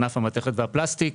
ענף המתכת והפלסטיק.